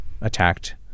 attacked